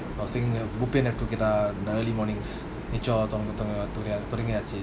I was thinking the early mornings